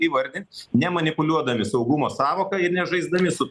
įvardint nemanipuliuodami saugumo sąvoka ir nežaisdami su